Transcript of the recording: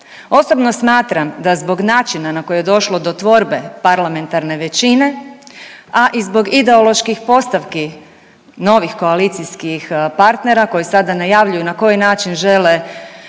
Osobno smatram da zbog načina na koji je došlo do tvorbe parlamentarne većine, a i zbog ideoloških postavki novih koalicijskih partnera koji sada najavljuju na koji način žele